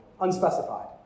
unspecified